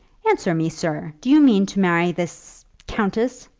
answer me, sir, do you mean to marry this countess?